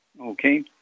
Okay